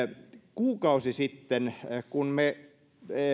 kuukausi sitten kun me